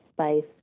space